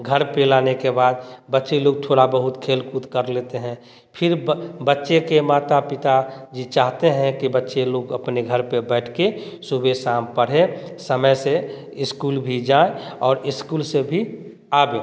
घर पे लाने के बाद बच्चे लोग थोड़ा बहुत खेलकूद कर लेते हैं फिर बच्चे के माता पिता ये चाहते हैं के बच्चे लोग अपने घर पे बैठ के सुबह शाम पड़े समय से स्कूल भी जाए और स्कूल से भी आगे